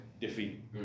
defeat